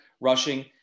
rushing